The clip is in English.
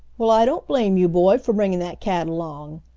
well, i don't blame you, boy, for bringing dat cat along.